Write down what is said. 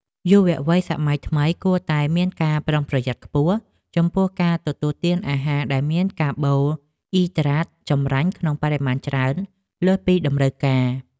យុវវ័យសម័យថ្មីគួរតែមានការប្រុងប្រយ័ត្នខ្ពស់ចំពោះការទទួលទានអាហារដែលមានកាបូអ៊ីដ្រាតចម្រាញ់ក្នុងបរិមាណច្រើនលើសពីតម្រូវការ។